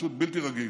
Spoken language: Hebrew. פשוט בלתי רגיל.